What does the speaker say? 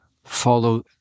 follow